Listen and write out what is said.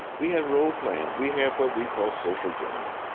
we had role-playing. we had what we called social drama.